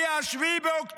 היה 7 באוקטובר.